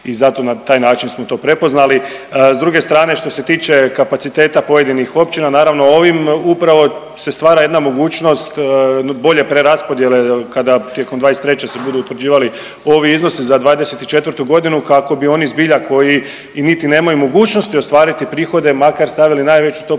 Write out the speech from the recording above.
i zato na taj način smo to prepoznali. S druge strane što se tiče kapaciteta pojedinih općina, naravno ovim upravo se stvara jedna mogućnost bolje preraspodjele kada tijekom '23. se budu utvrđivali ovi iznosi za '24.g. kako bi oni zbilja koji i niti nemaju mogućnosti ostvariti prihode makar stavili najveću stopu prireza,